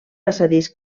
passadís